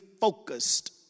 focused